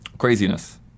craziness